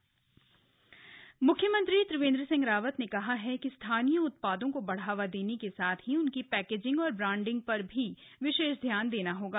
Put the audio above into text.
pilot project ौड़ी म्ख्यमंत्री त्रिवेंद्र सिंह रावत ने कहा है कि स्थानीय उत्पादों को बढ़ावा देने के साथ ही उनकी प्रैकेजिंग और ब्रांडिंग प्र भी विशेष ध्यान देना होगा